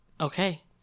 Okay